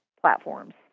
platforms